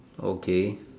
okay